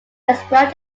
described